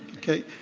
okay.